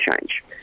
change